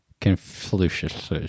Confucius